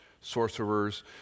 sorcerers